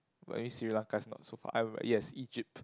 but anyways Sri-Lanka is not so far I yes Egypt